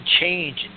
change